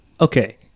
okay